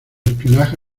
espionaje